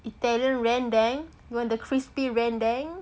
italian rendang you want the crispy rendang